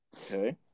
Okay